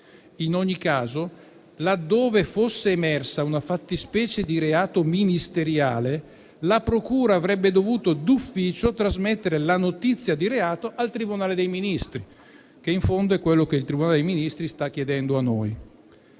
In ogni caso, laddove fosse emersa una fattispecie di reato ministeriale, la procura avrebbe dovuto trasmettere d'ufficio la notizia di reato al Tribunale dei Ministri (che in fondo è quello che il Tribunale dei Ministri sta chiedendo a noi).